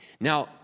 Now